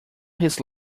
his